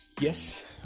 yes